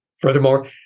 Furthermore